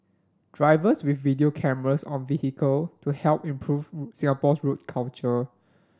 drivers with video cameras on vehicle to help improve Singapore's road culture